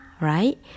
right